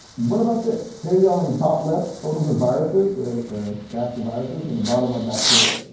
what about this? here you are on the top left photos of viruses or or graphs of viruses on the bottom are bacteria.